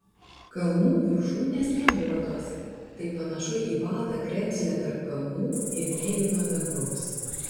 kalnų viršūnės snieguotos tai panašu į baltą kremzlę tarp kalnų ir mėlyno dangaus